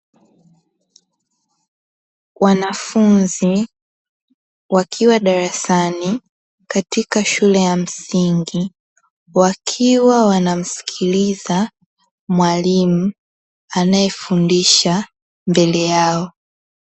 Wanafunzi wakiwa darasani katika shule ya msingi, wakiwa wanamsikiliza mwalimu anayefundisha mbele yao.